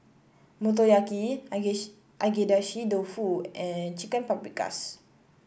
Motoyaki Agedashi Dofu and Chicken Paprikas